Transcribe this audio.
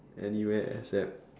anywhere except